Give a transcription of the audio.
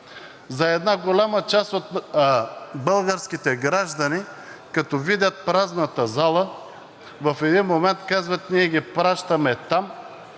За една голяма част от българските граждани, като видят празната зала, в един момент казват – ние ги пращаме там,